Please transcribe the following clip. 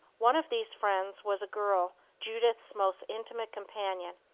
one of these friends was a girl, judith's most intimate companion.